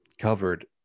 covered